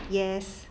yes